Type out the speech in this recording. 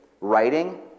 writing